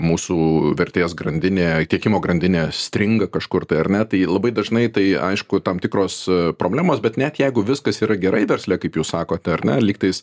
mūsų vertės grandinėje tiekimo grandinė stringa kažkur tai ar ne tai labai dažnai tai aišku tam tikros problemos bet net jeigu viskas yra gerai versle kaip jūs sakote ar ne lygtais